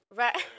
right